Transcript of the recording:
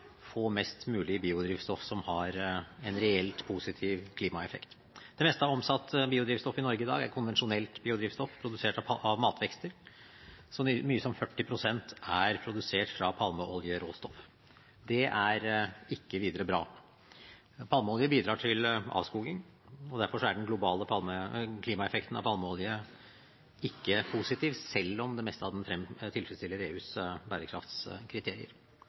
få mest mulig biodrivstoff som har en reelt positiv klimaeffekt. Det meste av omsatt biodrivstoff i Norge i dag er konvensjonelt biodrivstoff produsert av matvekster. Så mye som 40 pst. er produsert av palmeoljeråstoff. Det er ikke videre bra. Palmeolje bidrar til avskoging, og derfor er den globale klimaeffekten av palmeolje ikke positiv, selv om det meste av den tilfredsstiller EUs bærekraftskriterier.